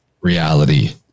reality